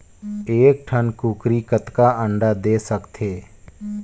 एक ठन कूकरी कतका अंडा दे सकथे?